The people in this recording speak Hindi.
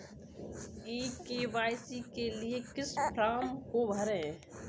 ई के.वाई.सी के लिए किस फ्रॉम को भरें?